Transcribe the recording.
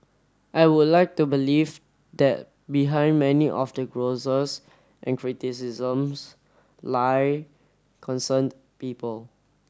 I would like to believe that behind many of the grouses and criticisms lie concerned people